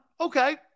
Okay